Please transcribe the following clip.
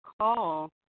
call